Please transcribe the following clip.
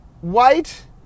white